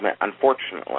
unfortunately